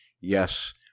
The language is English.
Yes